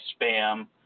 spam